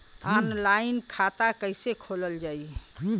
Online खाता कईसे खोलल जाई?